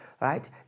Right